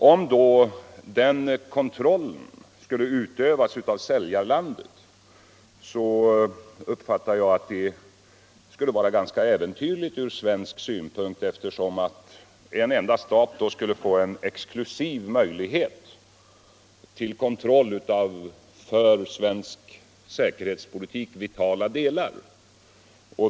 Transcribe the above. Och om kontrollen då skall utövas av säljarlandet uppfattar jag det som ganska äventyrligt från svensk synpunkt. eftersom en enda stat då skulle få en exklusiv möjlighet till kontroll av för svensk säkerhetspolitik vitala delar.